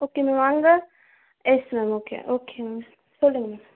okay ma'am அங்கே yes ma'am okay okay ma'am சொல்லுங்கள் ma'am